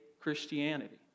Christianity